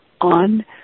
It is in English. on